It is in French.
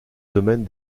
domaine